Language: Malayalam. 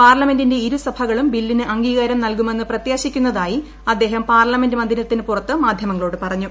പാർലമെന്റിന്റെ ഇരുസഭകളും ബില്ലിന് അംഗീകാരം നൽകുമെ പ്രത്യാശിക്കുന്നതായും അദ്ദേഹം പാർലമെന്റ് മന്ദിരത്തിനുപുറത്ത് മാധ്യമങ്ങളോട് പറഞ്ഞു